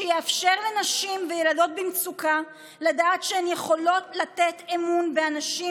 שיאפשר לנשים וילדות במצוקה לדעת שהן יכולות לתת אמון באנשים,